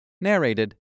Narrated